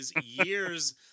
years